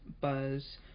buzz